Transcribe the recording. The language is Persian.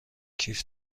کیف